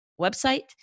website